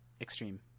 Extreme